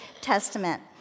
Testament